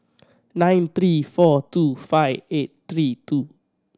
nine three four two five eight three two